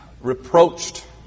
reproached